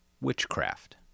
witchcraft